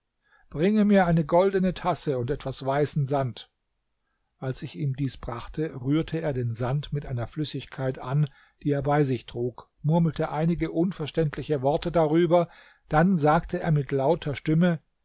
bringe mir eine goldene tasse und etwas weißen sand als ich ihm dies brachte rührte er den sand mit einer flüssigkeit an die er bei sich trug murmelte einige unverständliche worte darüber dann sagte er mit lauter stimme